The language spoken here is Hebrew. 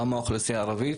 גם מהאוכלוסייה הערבית,